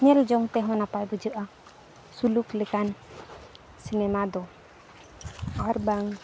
ᱧᱮᱞᱡᱚᱝ ᱛᱮᱦᱚᱸ ᱱᱟᱯᱟᱭ ᱵᱩᱡᱷᱟᱹᱜᱼᱟ ᱥᱩᱞᱩᱠ ᱞᱮᱠᱟᱱ ᱫᱚ ᱟᱨ ᱵᱟᱝ